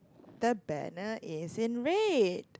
the banner is in red